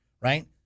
right